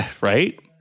Right